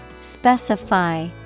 Specify